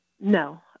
No